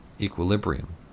equilibrium